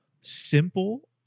simple